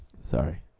Sorry